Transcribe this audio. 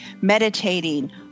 meditating